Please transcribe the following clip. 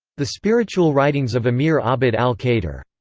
the spiritual writings of amir abd al-kader.